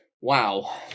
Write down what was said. Wow